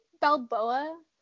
Balboa